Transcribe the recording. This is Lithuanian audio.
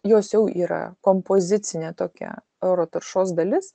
jos jau yra kompozicinė tokia oro taršos dalis